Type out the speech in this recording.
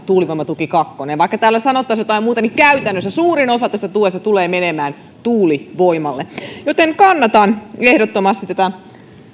tuulivoimatuki kakkonen vaikka täällä sanottaisiin jotain muuta niin käytännössä suurin osa tästä tuesta tulee menemään tuulivoimalle joten kannatan ehdottomasti tätä